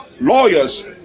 lawyers